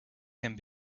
can